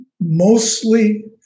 mostly